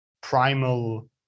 primal